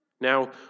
Now